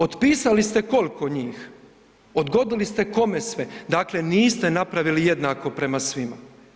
Otpisali ste koliko njih, odgodili ste kome sve, dakle niste napravili jednako prema svima.